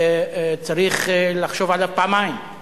צריך לחשוב עליו פעמיים.